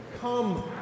Come